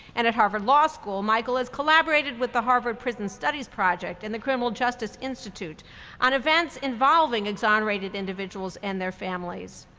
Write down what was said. and at harvard law school, michael has collaborated with the harvard prison studies project and the criminal justice institute on events involving exonerated individuals and their families.